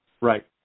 Right